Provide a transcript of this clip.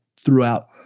throughout